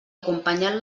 acompanyant